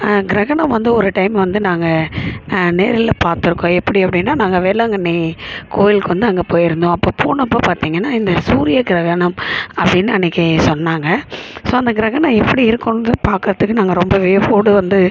கிரகணம் வந்து ஒரு டைம் வந்து நாங்கள் நேரில் பார்த்து இருக்கோம் எப்படி அப்படின்னா நாங்கள் வேளாங்கண்ணி கோயிலுக்கு வந்து அங்கே போய் இருந்தோம் அப்போ போனப்போ பார்த்தீங்கன்னா இந்த சூரிய கிரகணம் அப்படின்னு அன்னைக்கு சொன்னாங்க ஸோ அந்த கிரகணம் எப்படி இருக்கும்னு பார்க்குறதுக்கு நாங்கள் ரொம்ப வியப்போடு வந்து